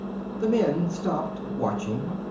the men stopped, watching.